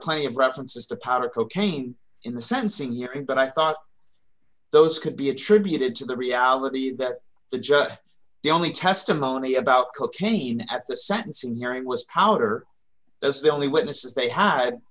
plenty of references to powder cocaine in the sensing hearing but i thought those could be attributed to the reality that the judge the only testimony about cocaine at the sentencing hearing was powder that's the only witnesses they had